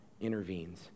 intervenes